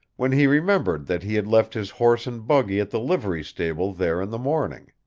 when he remembered that he had left his horse and buggy at the livery stable there in the morning.